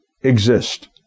exist